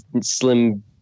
slim